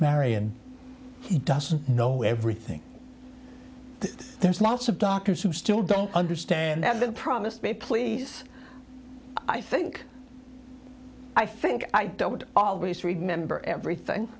marion doesn't know everything there's lots of doctors who still don't understand that's been promised me please i think i think i don't always remember everything